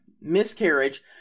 miscarriage